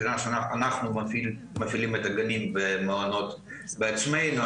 מכיוון אנחנו מפעילים את הגנים במעונות בעצמנו,